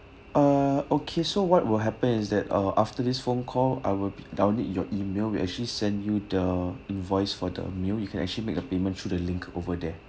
ah okay so what will happen is that uh after this phone call I will send you email we actually sent you the invoice for the meal you can actually make a payment through the link over there